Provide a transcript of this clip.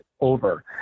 over